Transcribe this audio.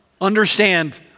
understand